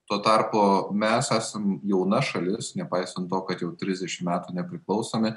tuo tarpu mes esam jauna šalis nepaisant to kad jau trisdešimt metų nepriklausomi